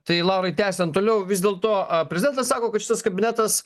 tai laurai tęsiant toliau vis dėlto a prezidentas sako kad šitas kabinetas